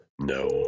no